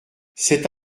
cet